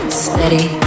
steady